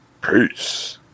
Peace